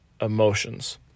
emotions